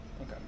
Okay